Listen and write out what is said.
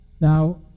Now